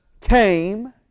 came